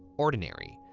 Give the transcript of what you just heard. ordinary.